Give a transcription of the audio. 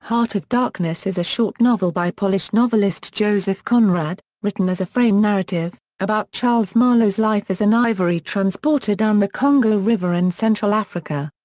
heart of darkness is a short novel by polish novelist joseph conrad, written as a frame narrative, about charles marlow's life as an ivory transporter down the congo river in central africa.